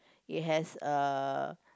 it has a